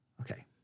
okay